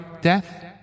death